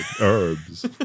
Herbs